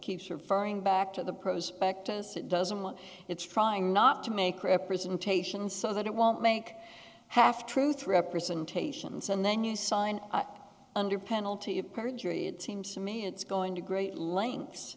keeps referring back to the pros practice it doesn't want it's trying not to make representations so that it won't make half truth representations and then you sign under penalty of perjury it seems to me it's going to great lengths